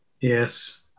Yes